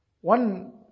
One